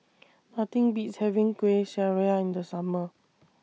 Nothing Beats having Kueh Syara in The Summer